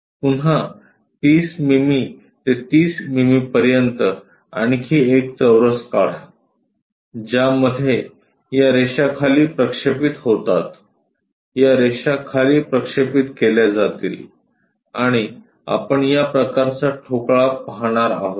पुन्हा 30 मिमी ते 30 मिमी पर्यंत आणखी एक चौरस काढा ज्यामध्ये या रेषा खाली प्रक्षेपित होतात या रेषा खाली प्रक्षेपित केल्या जातील आणि आपण या प्रकारचा ठोकळा पाहणार आहोत